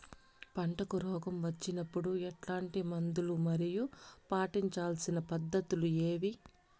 పంటకు రోగం వచ్చినప్పుడు ఎట్లాంటి మందులు మరియు పాటించాల్సిన పద్ధతులు ఏవి?